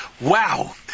Wow